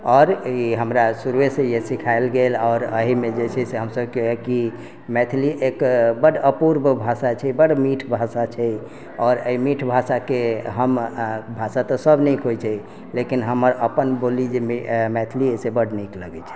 आओर ई हमरा शुरूये सँ ईहे सिखाएल गेल आओर एहि मे जे छै से हम सबके की मैथिली एक बड अपूर्व भाषा छै बड मीठ भाषा छै आओर एहि मीठ भाषा के हम भाषा तऽ सब नीक होइ छै लेकिन हमर अपन जे बोली मैथिली अइ से बड नीक लगै छै